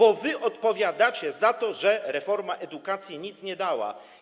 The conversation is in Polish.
To wy odpowiadacie za to, że reforma edukacji nic nie dała.